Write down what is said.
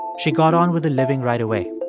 she got on with the living right away.